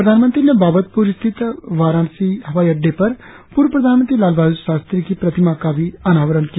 प्रधानमंत्री ने बाबतपुर स्थित वाराणसी हवाई अड़डे पर पूर्व प्रधानमंत्री लाल बहादुर शास्त्री की प्रतिमा का अनावरण भी किया